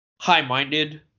high-minded